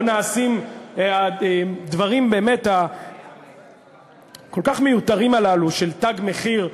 או נעשים הדברים הכל-כך מיותרים הללו של "תג מחיר",